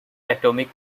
atomic